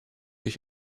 ich